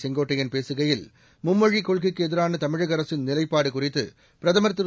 செங்கோட்டையன் பேசுகையில் மும்மொழிக் கொள்கைக்கு எதிரான தமிழக அரசின் நிலைப்பாடு குறித்து பிரதமர் திரு